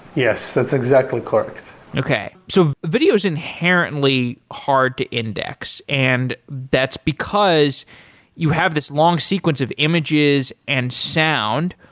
yes, that's exactly correct. okay. so video is inherently hard to index and that's because you have this long sequence of images and sound.